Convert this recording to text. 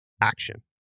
action